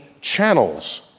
channels